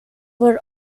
were